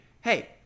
hey